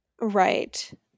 Right